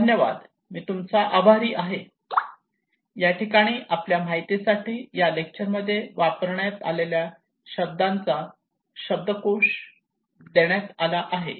धन्यवाद मी तूमचा आभारी आहे